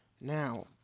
Now